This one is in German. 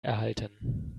erhalten